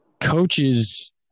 Coaches